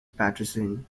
paterson